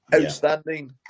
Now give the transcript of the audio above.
Outstanding